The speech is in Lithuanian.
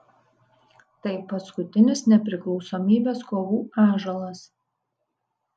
tai paskutinis nepriklausomybės kovų ąžuolas